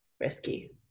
risky